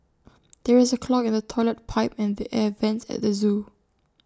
there is A clog in the Toilet Pipe and the air Vents at the Zoo